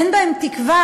אין בהם תקווה,